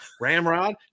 ramrod